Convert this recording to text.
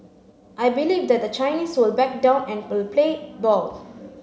I believe that the Chinese will back down and will play ball